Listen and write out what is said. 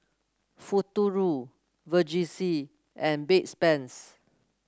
Futuro Vagisil and Bedpans